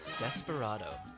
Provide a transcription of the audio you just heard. desperado